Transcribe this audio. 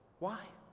why?